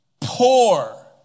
poor